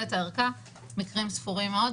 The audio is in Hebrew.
את ערכות הדנ"א שנשמרות בהם הם מקרים ספורים מאוד.